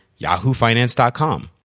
yahoofinance.com